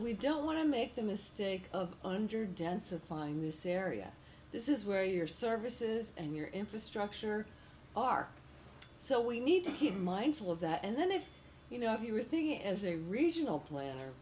we don't want to make the mistake of under densify in this area this is where your services and your infrastructure are so we need to keep mindful of that and then if you know you are thinking as a regional planner